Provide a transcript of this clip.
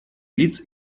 лиц